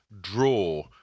draw